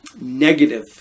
negative